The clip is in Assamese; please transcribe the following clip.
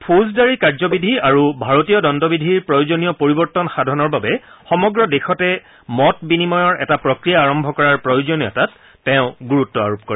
ফৌজদাৰী কাৰ্যবিধি আৰু ভাৰতীয় দণ্ডবিধিৰ প্ৰয়োজনীয় পৰিৱৰ্তন সাধনৰ বাবে সমগ্ৰ দেশতে মত বিনিময়ৰ এটা প্ৰক্ৰিয়া আৰম্ভ কৰাৰ প্ৰয়োজনীয়তাত তেওঁ গুৰুত্ব আৰোপ কৰে